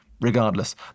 Regardless